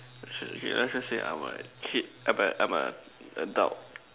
it's okay let's just say I'm a kid but I'm a adult